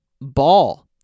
ball